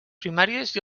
primàries